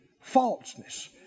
falseness